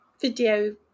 video